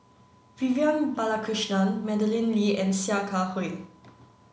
Vivian Balakrishnan Madeleine Lee and Sia Kah Hui